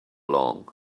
long